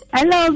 Hello